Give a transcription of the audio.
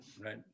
right